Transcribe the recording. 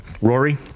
Rory